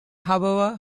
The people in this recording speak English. however